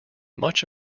much